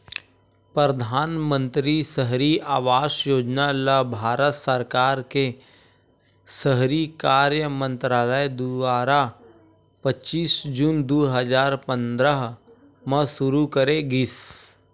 परधानमंतरी सहरी आवास योजना ल भारत सरकार के सहरी कार्य मंतरालय दुवारा पच्चीस जून दू हजार पंद्रह म सुरू करे गिस